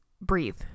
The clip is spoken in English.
breathe